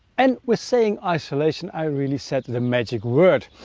and with saying isolation, i really said the magic word.